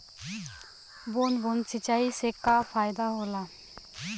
बूंद बूंद सिंचाई से का फायदा होला?